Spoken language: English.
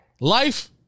Life